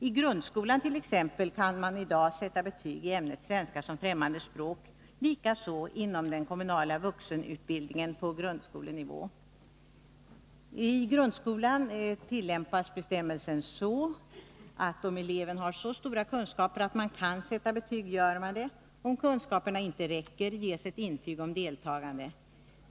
I grundskolan t.ex. kan man i dag sätta betyg i ämnet svenska som främmande språk och likaså inom den kommunala vuxenutbildningen på grundskolenivå. I grundskolan tillämpas bestämmelsen så, att betyg sätts om eleven har så stora kunskaper att man kan sätta betyg. Om kunskaperna inte räcker, ges ett intyg om deltagande.